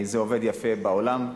זה עובד יפה בעולם.